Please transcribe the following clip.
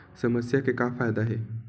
समस्या के का फ़ायदा हे?